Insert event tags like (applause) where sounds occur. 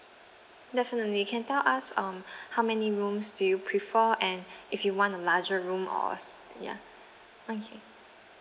definitely you can tell us um (breath) how many rooms do you prefer and (breath) if you want a larger room or s~ ya okay